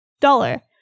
Dollar